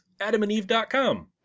adamandeve.com